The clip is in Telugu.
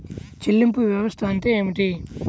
చెల్లింపు వ్యవస్థ అంటే ఏమిటి?